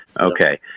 Okay